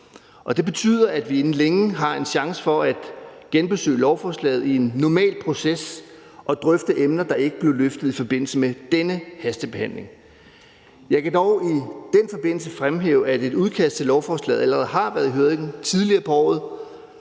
Det betyder, at vi inden længe har en chance for at genbesøge lovforslaget i en normal proces og drøfte emner, der ikke blevet løftet i forbindelse med denne hastebehandling. Jeg kan dog i den forbindelse fremhæve, at et udkast til lovforslaget allerede har været i høring tidligere på året,